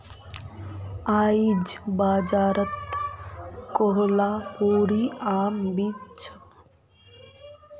आईज बाजारत कोहलापुरी आम बिक छ